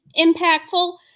impactful